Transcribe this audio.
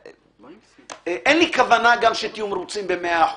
אין לי כוונה שתהיו מרוצים ב-100%.